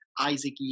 Isaac